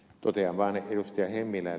totean vaan ed